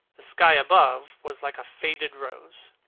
the sky above was like a faded rose.